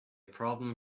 problem